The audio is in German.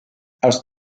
aus